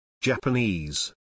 Japanese